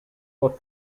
but